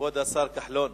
כבוד השר כחלון,